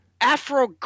Afro